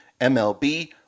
MLB